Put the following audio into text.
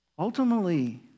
Ultimately